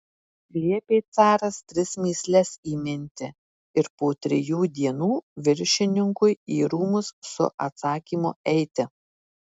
liepė caras tris mįsles įminti ir po trijų dienų viršininkui į rūmus su atsakymu eiti